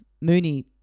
Mooney